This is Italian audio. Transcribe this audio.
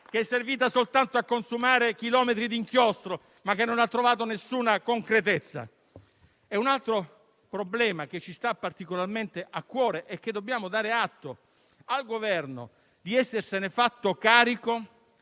ed è servita a consumare chilometri di inchiostro, ma non ha trovato alcuna concretezza. Un altro problema che ci sta particolarmente a cuore, del quale dobbiamo dare atto al Governo di essersi fatto carico,